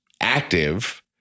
active